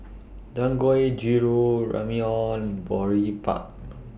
Dangoijiru Ramyeon and Boribap